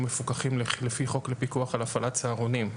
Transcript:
מפוקחים לפי חוק לפיקוח על הפעלת צהרונים.